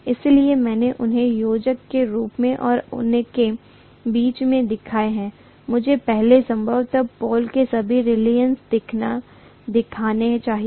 इसलिए मैंने उन्हें योजक के रूप में और उनके बीच में दिखाया है मुझे पहले संभवतः पोल के सभी रीलक्टन्स दिखाने चाहिए